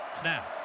Snap